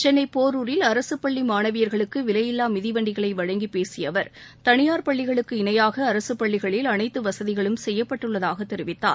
சென்னை போரூரில் அரசு பள்ளி மாணவியர்களுக்கு விலையில்லா மிதிவண்டிகளை வழங்கி பேசிய அவர் தனியார் பள்ளிகளுக்கு இணையாக அரசு பள்ளிகளில் அனைத்து வசதிகளும் செய்யப்பட்டுள்ளதாக தெரிவித்தார்